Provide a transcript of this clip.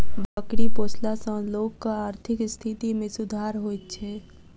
बकरी पोसला सॅ लोकक आर्थिक स्थिति मे सुधार होइत छै